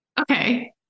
Okay